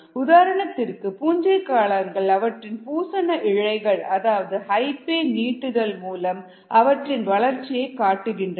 உதாரணத்திற்கு பூஞ்சை காளான்கள் அவற்றின் பூசண இழைகள் அதாவது ஹைபே நீட்டுதல் மூலம் அவற்றின் வளர்ச்சியை காட்டுகின்றன